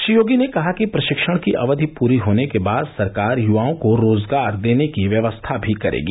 श्री योगी ने कहा कि प्रशिक्षण की अवधि पूरी होने के बाद सरकार युवाओं को रोजगार देने की व्यवस्था भी करेगी